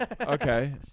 Okay